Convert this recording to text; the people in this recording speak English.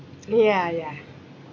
ya ya